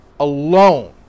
alone